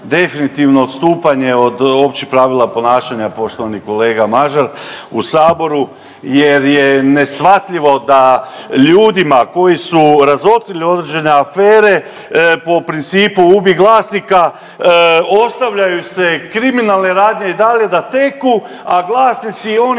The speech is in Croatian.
Definitivno odstupanje od općih pravila ponašanja poštovani kolega Mažar u Saboru jer je neshvatljivo da ljudima koji su razotkrili određene afere po principu ubi glasnika ostavljaju se kriminalne radnje i dalje da teku, a glasnici i oni